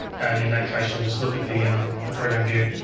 and in that case you'll just look at the the program view.